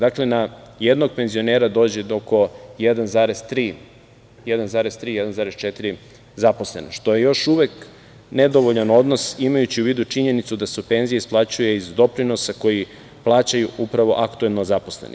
Dakle, na jednog penzionera dođe oko 1,3, 1,4 zaposlena, što je još uvek nedovoljan odnos, imajući u vidu činjenicu da se penzija isplaćuje iz doprinosa koji plaćaju upravo aktuelno zaposlenih.